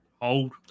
hold